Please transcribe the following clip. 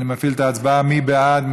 מי בעד?